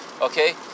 Okay